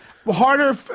harder